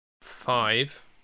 five